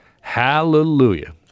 hallelujah